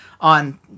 on